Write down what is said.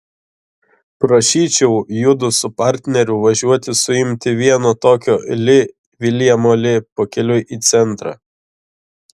prašyčiau judu su partneriu važiuoti suimti vieno tokio li viljamo li pakeliui į centrą